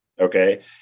Okay